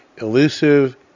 elusive